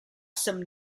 some